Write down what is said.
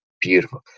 beautiful